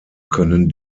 können